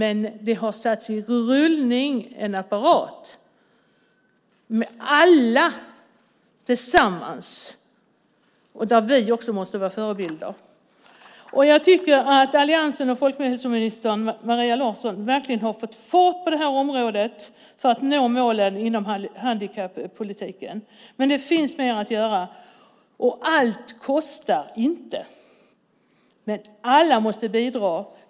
En apparat har satt i gång med alla tillsammans där vi också måste vara förebilder. Jag tycker att alliansen och folkhälsominister Maria Larsson verkligen har fått fart på detta för att nå målen inom handikappolitiken, men det finns mer att göra och allt kostar inte. Alla måste bidra.